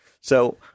So-